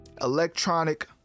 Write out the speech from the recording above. electronic